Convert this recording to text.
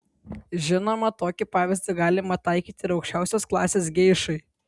žinoma tokį pavyzdį galima taikyti ir aukščiausios klasės geišai